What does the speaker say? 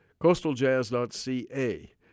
Coastaljazz.ca